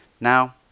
Now